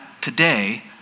today